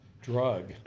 drug